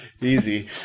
Easy